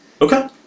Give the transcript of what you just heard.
Okay